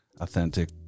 authentic